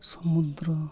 ᱥᱚᱢᱩᱫᱽᱫᱨᱚ